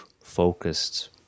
focused